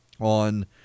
on